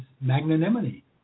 magnanimity